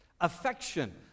Affection